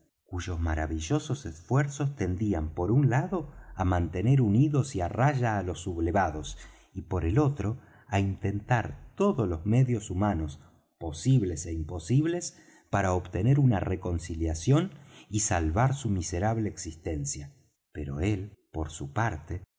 cuyos maravillosos esfuerzos tendían por un lado á mantener unidos y á raya á los sublevados y por el otro á intentar todos los medios humanos posibles é imposibles para obtener una reconciliación y salvar su miserable existencia pero él por su parte